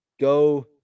Go